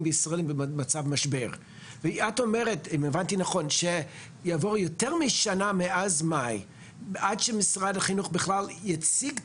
תוכניות למפגשים למשל בבתי ספר שהם מעט יותר חלשים והם לא יעמדו